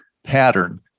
pattern